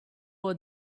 all